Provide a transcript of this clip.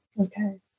Okay